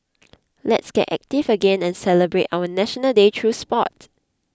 let's get active again and celebrate our National Day through sport